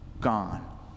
gone